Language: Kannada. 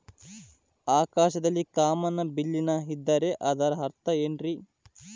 ಆಕಾಶದಲ್ಲಿ ಕಾಮನಬಿಲ್ಲಿನ ಇದ್ದರೆ ಅದರ ಅರ್ಥ ಏನ್ ರಿ?